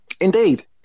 Indeed